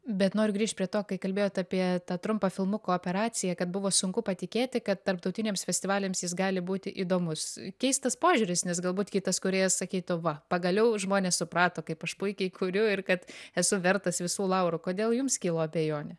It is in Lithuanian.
bet noriu grįžt prie to kai kalbėjot apie tą trumpą filmuko operaciją kad buvo sunku patikėti kad tarptautiniams festivaliams jis gali būti įdomus keistas požiūris nes galbūt kitas kūrėjas sakytų va pagaliau žmonės suprato kaip aš puikiai kuriu ir kad esu vertas visų laurų kodėl jums kilo abejonė